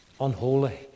unholy